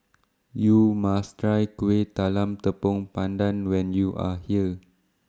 YOU must Try Kuih Talam Tepong Pandan when YOU Are here